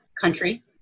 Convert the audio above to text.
country